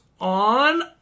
On